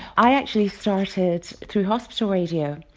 i actually started through hospital radio.